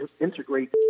integrate